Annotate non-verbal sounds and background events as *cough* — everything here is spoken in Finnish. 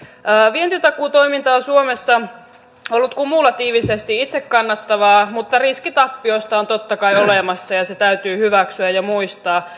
vientitakuutoiminta on suomessa ollut kumulatiivisesti itse kannattavaa mutta riski tappioista on totta kai olemassa ja se täytyy hyväksyä ja muistaa *unintelligible*